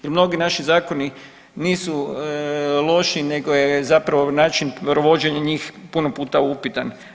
Jer mnogi naši zakoni nisu loši, nego je zapravo način provođenja njih puno puta upitan.